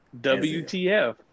WTF